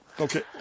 Okay